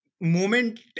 moment